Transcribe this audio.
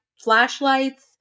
flashlights